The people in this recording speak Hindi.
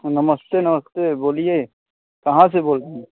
नमस्ते नमस्ते बोलिए कहाँ से बोल रहे हैं